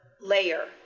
layer